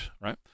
right